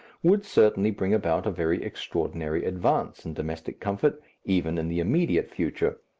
would certainly bring about a very extraordinary advance in domestic comfort even in the immediate future,